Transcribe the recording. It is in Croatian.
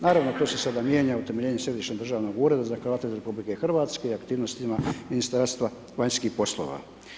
Naravno to se sada mijenja utemeljenjem Središnjeg državnog ureda za Hrvate RH i aktivnostima Ministarstva vanjskih poslova.